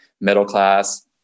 middle-class